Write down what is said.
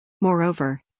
Moreover